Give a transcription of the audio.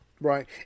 Right